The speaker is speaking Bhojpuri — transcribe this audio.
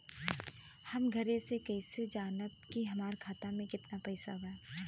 हम घरे से कैसे जानम की हमरा खाता मे केतना पैसा बा?